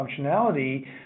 functionality